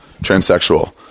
transsexual